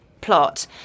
plot